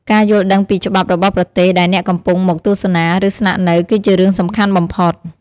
ការយល់ដឹងពីច្បាប់របស់ប្រទេសដែលអ្នកកំពុងមកទស្សនា ឬស្នាក់នៅគឺជារឿងសំខាន់បំផុត។